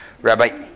Rabbi